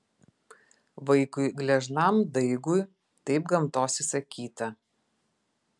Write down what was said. vaikui gležnam daigui taip gamtos įsakyta